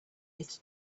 its